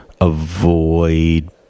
avoid